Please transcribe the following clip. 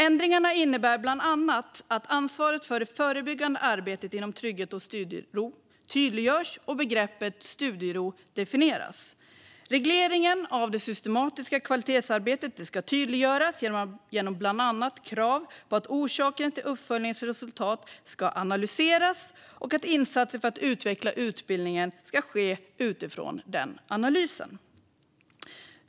Ändringarna innebär bland annat att ansvaret för det förebyggande arbetet inom trygghet och studiero tydliggörs och att begreppet studiero definieras. Regleringen av det systematiska kvalitetsarbetet ska tydliggöras, bland annat genom krav på att orsaken till uppföljningens resultat ska analyseras och genom att insatser för att utveckla utbildningen ska ske utifrån den analysen.